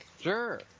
Sure